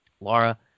Laura